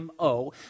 MO